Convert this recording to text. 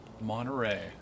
Monterey